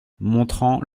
montrant